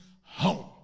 home